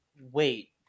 Wait